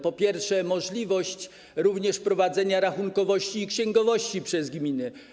Po pierwsze, możliwość prowadzenia rachunkowości i księgowości przez gminy.